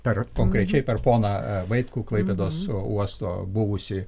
per konkrečiai per poną vaitkų klaipėdos uosto buvusį